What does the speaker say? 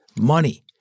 Money